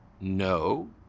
No